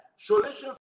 solution